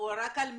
או רק על מחיר?